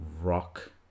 rock